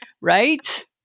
Right